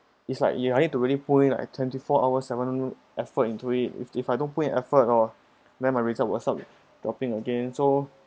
it's like you are need to really put in like twenty four hour seven effort into it if if I don't put in effort oh then my result will start dropping again so